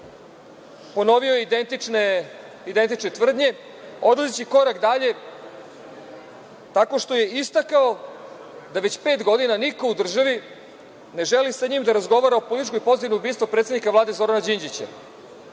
ponovio je identične tvrdnje, odlazeći korak dalje tako što je istakao da već pet godina niko u državi ne želi sa njim da razgovara o političkoj pozadini ubistva predsednika Vlade Zorana Đinđića. Pred